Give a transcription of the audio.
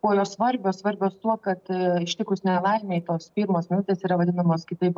kuo jos svarbios svarbios tuo kad ištikus nelaimei tos pirmos minutės yra vadinamos kitaip